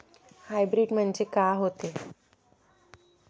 Hybrid म्हनजे का होते?